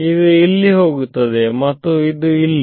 ಇದು ಇಲ್ಲಿ ಹೋಗುತ್ತದೆ ಮತ್ತು ಇದು ಇಲ್ಲಿ